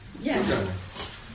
Yes